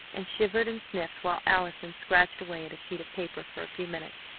and shivered and sniffed while allison scratched away at a sheet of paper for a few minutes.